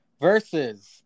versus